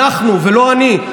אנחנו ולא אני.